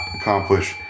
accomplish